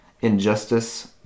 Injustice